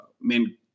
men